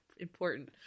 important